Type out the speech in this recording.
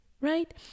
right